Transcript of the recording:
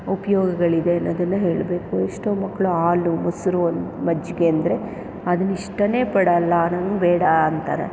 ಉಪಯೋಗಳಿದೆ ಅನ್ನೋದನ್ನು ಹೇಳಬೇಕು ಎಷ್ಟೋ ಮಕ್ಕಳು ಹಾಲು ಮೊಸರು ಮಜ್ಜಿಗೆ ಅಂದರೆ ಅದನ್ನ ಇಷ್ಟನೇ ಪಡಲ್ಲ ನಂಗೆ ಬೇಡ ಅಂತಾರೆ